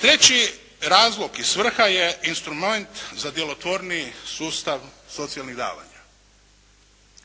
Treći razlog i svrha je instrument za djelotvorniji sustav socijalnih davanja.